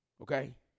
Okay